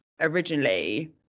originally